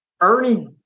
Ernie